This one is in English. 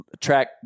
track